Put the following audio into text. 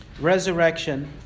resurrection